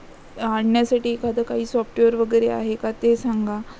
आणण्यासाठी एखादं काही सॉफ्टवेअर वगैरे आहे का ते सांगा